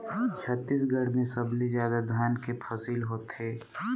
छत्तीसगढ़ में सबले जादा धान के फसिल होथे